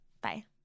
bye